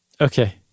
Okay